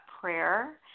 prayer